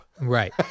Right